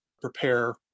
prepare